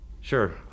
Sure